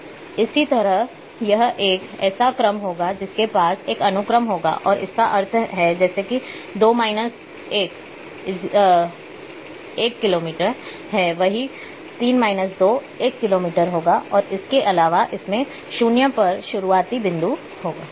तो इसी तरह यह एक ऐसा क्रम होगा जिसके पास एक अनुक्रम होगा और इसका अर्थ है जैसे 2 1 1 Km है वही 3 2 1Km होगा और इसके अलावा इसमें 0 पर शुरुआती बिंदु होगा